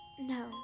no